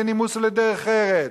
לנימוס ולדרך-ארץ,